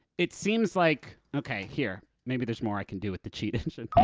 it seems like okay, here. maybe there's more i can do with the cheat engine.